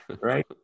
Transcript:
Right